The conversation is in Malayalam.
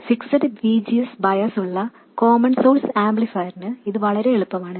ഫിക്സ്ഡ് VGS ബയാസ് ഉള്ള കോമൺ സോഴ്സ് ആംപ്ലിഫയറിന് ഇത് വളരെ എളുപ്പമാണ്